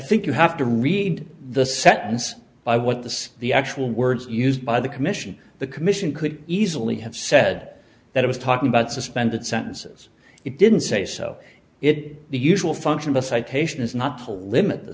think you have to read the sentence by what the the actual words used by the commission the commission could easily have said that i was talking about suspended sentences it didn't say so it the usual function the citation is not to limit the